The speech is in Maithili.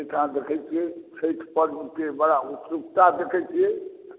एहिठाम देखै छियै छठि पर्व के बरा उत्सुकता देखै छियै